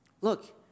Look